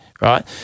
right